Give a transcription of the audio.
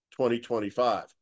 2025